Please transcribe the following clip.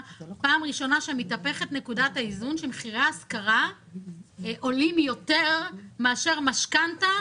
הפעם ראשונה שמכירי ההשכרה עלו יותר מאשר משכנתה